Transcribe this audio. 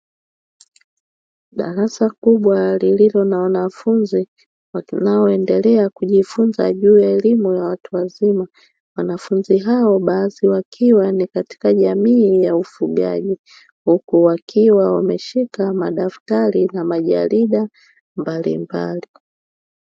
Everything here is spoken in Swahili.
Darasa kubwa lililo na wanafunzi wanaoendelea kujifunza juu ya elimu ya watu wazima, wanafunzi hao baadhi wakiwa ni katika jamii ya ufugaji. Huku wakiwa wameshika madaftari na majarida mbalimbali.